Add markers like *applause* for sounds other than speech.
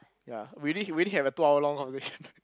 ya we did we did have a two hour long conversation *laughs*